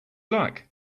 like